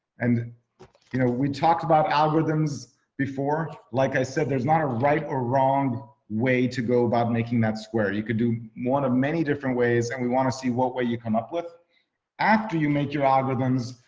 and you know we talked about algorithms before, like i said, there's not a right or wrong way to go about making that square. you could do one of many different ways, and we wanna see what way you come up with after you make your algorithms.